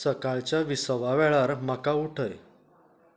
सकाळच्या विसवा वेळार म्हाका उठय